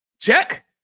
Check